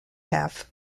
half